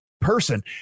person